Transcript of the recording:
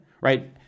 right